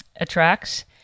attracts